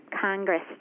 Congress